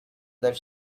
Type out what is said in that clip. think